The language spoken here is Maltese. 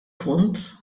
punt